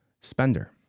Spender